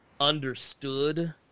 understood